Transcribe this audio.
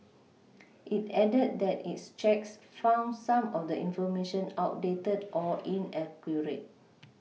it added that its checks found some of the information outdated or inaccurate